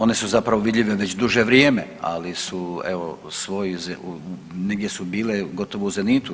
One su zapravo vidljive već duže vrijeme, ali su evo negdje su bile gotovo u zenitu.